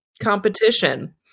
competition